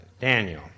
Daniel